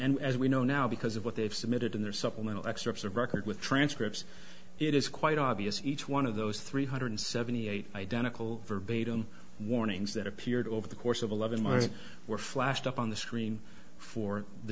and as we know now because of what they've submitted in their supplemental excerpts of record with transcripts it is quite obvious each one of those three hundred seventy eight identical verbatim warnings that appeared over the course of eleven march were flashed up on the screen for the